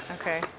okay